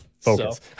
Focus